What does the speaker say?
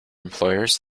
employers